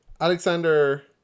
Alexander